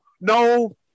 no